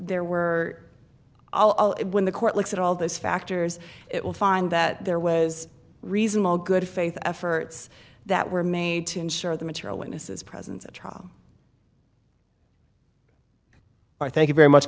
there were all it when the court looks at all those factors it will find that there was reasonable good faith efforts that were made to ensure the material witnesses present at trial are thank you very much